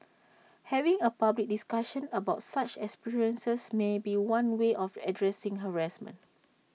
having A public discussion about such experiences may be one way of addressing harassment